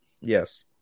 Yes